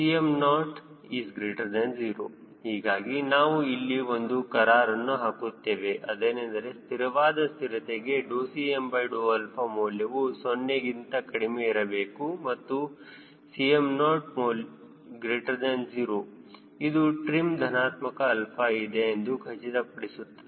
𝐶mO 0 ಹೀಗಾಗಿ ನಾವು ಇಲ್ಲಿ ಒಂದು ಕರಾರನ್ನು ಹಾಕುತ್ತೇವೆ ಅದೇನೆಂದರೆ ಸ್ಥಿರವಾದ ಸ್ಥಿರತೆಗೆ Cm ಮೌಲ್ಯವು 0 ಗಿಂತ ಕಡಿಮೆ ಇರಬೇಕು ಮತ್ತು 𝐶mO 0 ಇದು ಟ್ರಿಮ್ ಧನಾತ್ಮಕ 𝛼 ಇದೆ ಎಂದು ಖಚಿತಪಡಿಸುತ್ತದೆ